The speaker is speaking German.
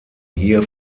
hier